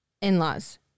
in-laws